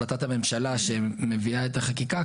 החלטת הממשלה שמביאה את החקיקה,